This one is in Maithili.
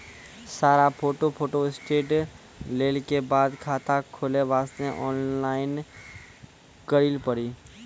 सारा फोटो फोटोस्टेट लेल के बाद खाता खोले वास्ते ऑनलाइन करिल पड़ी?